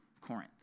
Corinth